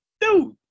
dude